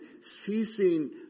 Ceasing